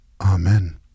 Amen